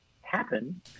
happen